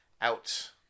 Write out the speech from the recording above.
out